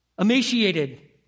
Emaciated